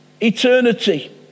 eternity